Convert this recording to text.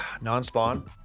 Non-spawn